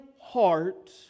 heart